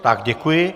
Tak děkuji.